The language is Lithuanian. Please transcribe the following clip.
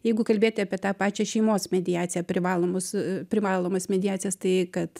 jeigu kalbėti apie tą pačią šeimos mediaciją privalomus privalomas mediacijas tai kad